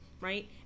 right